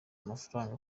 amafaranga